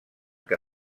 que